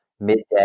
midday